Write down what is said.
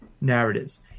narratives